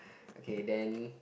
okay then